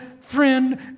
friend